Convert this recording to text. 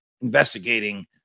investigating